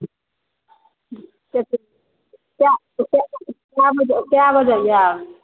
कए कए बजे आएब